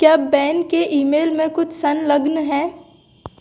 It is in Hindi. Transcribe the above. क्या बेन के ईमेल में कुछ संलग्न है